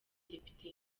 mudepite